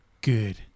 Good